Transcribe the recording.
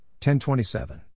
1027